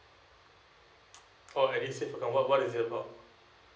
oh it is and what is it about